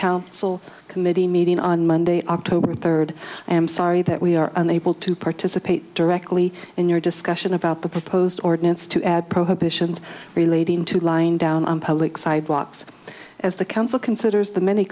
council committee meeting on monday october third i am sorry that we are unable to participate directly in your discussion about the proposed ordinance to add prohibitions relating to line down on public sidewalks as the council considers the m